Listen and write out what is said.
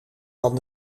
van